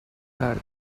that